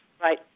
Right